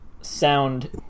sound